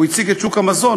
הוא הציג את שוק המזון,